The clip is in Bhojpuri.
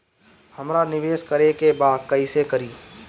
हमरा निवेश करे के बा कईसे करी?